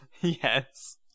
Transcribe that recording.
Yes